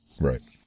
Right